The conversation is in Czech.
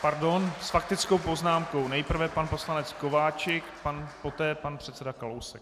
S faktickou poznámkou nejprve pan poslanec Kováčik, poté pan předseda Kalousek.